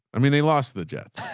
i mean, they lost the jets.